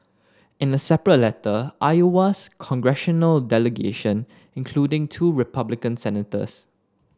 in a separate letter Iowa's congressional delegation including two Republican senators